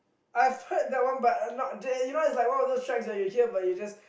I've heard that one but no it's like one of those tracks that you hear but you just